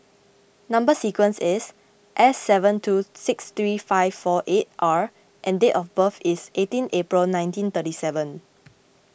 Number Sequence is S seven two six thirty five four eight R and date of birth is eighteen April nineteen thirty seven